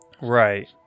right